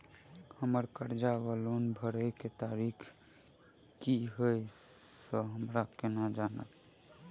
हम्मर कर्जा वा लोन भरय केँ तारीख की हय सँ हम केना जानब?